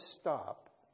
stop